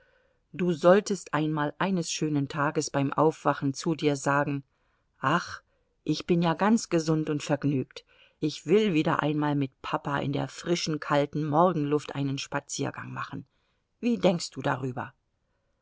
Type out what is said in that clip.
du solltest einmal eines schönen tages beim aufwachen zu dir sagen ach ich bin ja ganz gesund und vergnügt ich will wieder einmal mit papa in der frischen kalten morgenluft einen spaziergang machen wie denkst du darüber